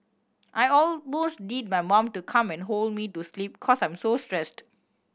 I almost need my mom to come and hold me to sleep cause I'm so stressed